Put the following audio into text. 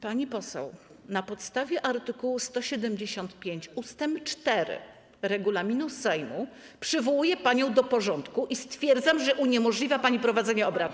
Pani poseł, na podstawie art. 175 ust. 4 regulaminu Sejmu przywołuję panią do porządku i stwierdzam, że uniemożliwia pani prowadzenie obrad.